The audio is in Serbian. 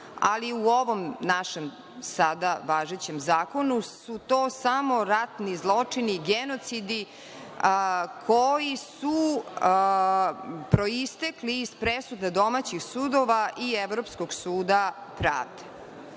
ali u ovom našem sada važećem zakonu su to samo ratni zločini i genocidi koji su proistekli iz presude domaćih sudova i Evropskog suda pravde. Ovaj